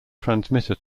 transmitter